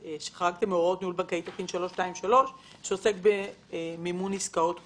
שחרגתם מהוראות ניהול בנקאי תקין 323 שעוסק במימון עסקאות הוניות.